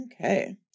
Okay